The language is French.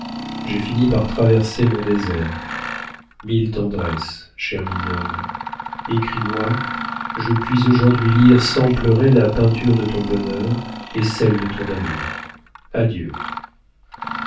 j'ai fini par traverser mon désert mille tendresses chère mignonne écris-moi je puis aujourd'hui lire sans pleurer la peinture de ton bonheur et celle de ton amour adieu